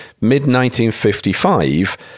mid-1955